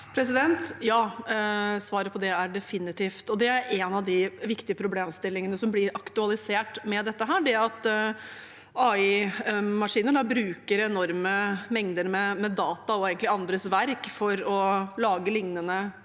Svaret på det er: Ja, definitivt. Det er en av de viktige problemstillingene som blir aktualisert med dette: at AI-maskiner bruker enorme mengder med data og andres verk for å lage liknende